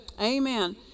Amen